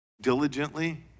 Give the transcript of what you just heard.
diligently